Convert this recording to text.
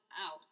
out